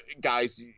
guys